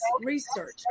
research